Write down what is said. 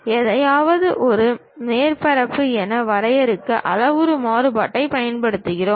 எதையாவது ஒரு மேற்பரப்பு என வரையறுக்க அளவுரு மாறுபாட்டைப் பயன்படுத்துகிறோம்